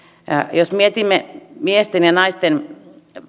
jos mietimme miesten ja naisten